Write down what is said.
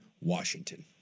Washington